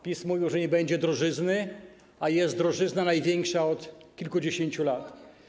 PiS mówił, że nie będzie drożyzny, a jest drożyzna największa od kilkudziesięciu lat.